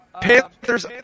Panthers –